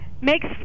makes